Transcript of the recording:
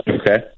Okay